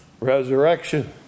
resurrection